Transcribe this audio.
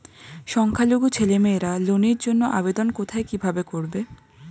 সংখ্যালঘু ছেলেমেয়েরা লোনের জন্য আবেদন কোথায় কিভাবে করবে?